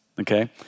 okay